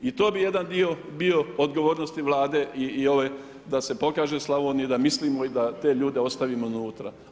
I to bi jedan dio bio odgovornosti Vlade da se pokaže Slavoniji da mislimo i da te ljude ostavimo unutra.